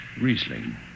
Riesling